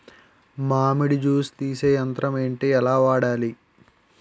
మామిడి జూస్ తీసే యంత్రం ఏంటి? ఎలా వాడాలి?